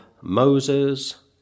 Moses